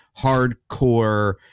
hardcore